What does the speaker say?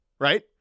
Right